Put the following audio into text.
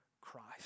Christ